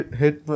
hit